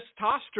testosterone